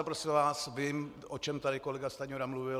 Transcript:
Prosím vás, vím, o čem tady kolega Stanjura mluvil.